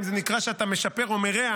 האם זה נקרא שאתה משפר או מרע,